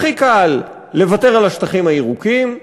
הכי קל לוותר על השטחים הירוקים,